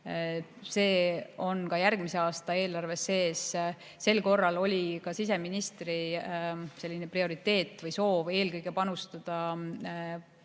See on ka järgmise aasta eelarves sees. Sel korral oli ka siseministri prioriteet või soov eelkõige panustada